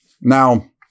Now